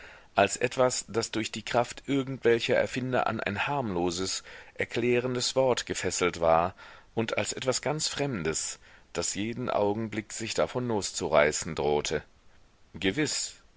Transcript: als etwas das durch die kraft irgendwelcher erfinder an ein harmloses erklärendes wort gefesselt war und als etwas ganz fremdes das jeden augenblick sich davon loszureißen drohte gewiß